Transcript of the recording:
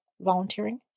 volunteering